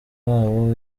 wabo